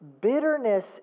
Bitterness